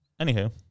Anywho